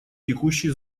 текущий